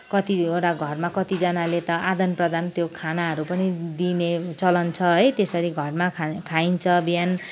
कतिवटा घरमा कतिजनाले त आदान प्रदान त्यो खानाहरू पनि दिने चलन छ है त्यसरी घरमा खाइन्छ बिहान